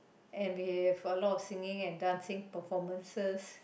and we have a lot of singing and dancing performances